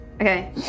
Okay